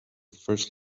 first